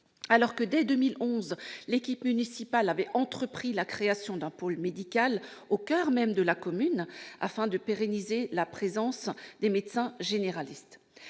alors que, dès 2011, l'équipe municipale avait entrepris la création d'un pôle médical au coeur même de la commune, afin de pérenniser la présence des médecins généralistes.